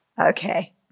Okay